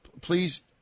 Please